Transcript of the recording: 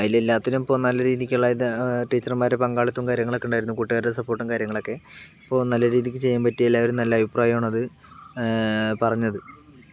അതിലെല്ലാത്തിനും ഇപ്പോൾ നല്ല രീതിയ്ക്കുള്ള ഇത് ടീച്ചർമാരുടെ പങ്കാളിത്തവും കാര്യങ്ങളൊക്കെ ഉണ്ടായിരുന്നു കൂട്ടുകാരുടെ സപ്പോർട്ടും കാര്യങ്ങളൊക്കെ അപ്പോൾ നല്ല രീതിയ്ക്ക് ചെയ്യാൻ പറ്റി എല്ലാവരും നല്ല അഭിപ്രായമാണ് അത് പറഞ്ഞത്